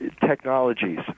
technologies